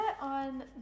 on